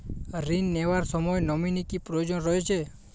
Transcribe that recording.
ঋণ নেওয়ার সময় নমিনি কি প্রয়োজন রয়েছে?